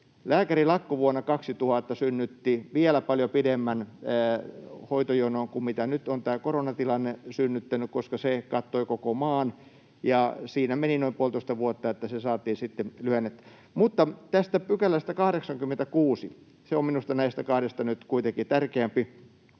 Lääkärilakko vuonna 2000 synnytti vielä paljon pidemmän hoitojonon kuin nyt on tämä koronatilanne synnyttänyt, koska se kattoi koko maan, ja siinä meni noin puolitoista vuotta, että se saatiin lyhennettyä. Mutta tästä 86 §:stä: Se on minusta näistä kahdesta nyt kuitenkin tärkeämpi.